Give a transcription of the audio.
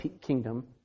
kingdom